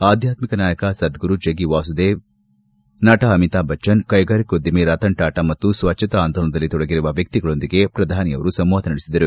ಆಧ್ವಾತ್ಮಿಕ ನಾಯಕರಾದ ಸದ್ಗುರು ಜಗ್ಗಿವಾಸುದೇವ್ ನಟ ಅಮಿತಾಭ್ ಬಚ್ಚನ್ ಕೈಗಾರಿಕೋದ್ಚಮಿ ರತನ್ ಟಾಟಾ ಮತ್ತು ಸ್ವಚ್ಗತಾ ಆಂದೋಲನದಲ್ಲಿ ತೊಡಗಿರುವ ವ್ಯಕ್ತಿಗಳೊಂದಿಗೆ ಸಂವಾದ ನಡೆಸಿದರು